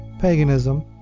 paganism